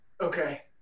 okay